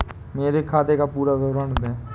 मेरे खाते का पुरा विवरण दे?